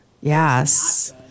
yes